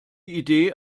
idee